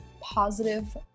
positive